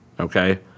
Okay